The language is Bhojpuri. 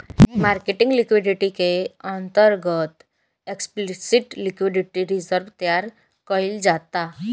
मार्केटिंग लिक्विडिटी के अंतर्गत एक्सप्लिसिट लिक्विडिटी रिजर्व तैयार कईल जाता